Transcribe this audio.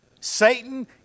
Satan